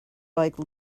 like